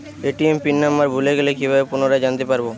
ATM pin number ভুলে গেলে কি ভাবে পুনরায় জানতে পারবো?